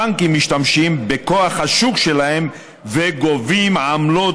הבנקים משתמשים בכוח השוק שלהם וגובים עמלות